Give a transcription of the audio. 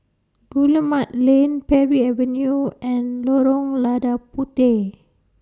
Guillemard Lane Parry Avenue and Lorong Lada Puteh